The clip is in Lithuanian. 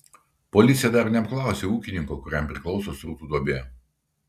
policija dar neapklausė ūkininko kuriam priklauso srutų duobė